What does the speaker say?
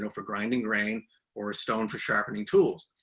so for grinding grain or a stone for sharpening tools.